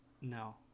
No